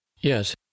Yes